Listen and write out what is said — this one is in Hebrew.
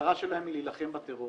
שהמטרה שלהם היא להילחם בטרור